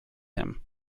him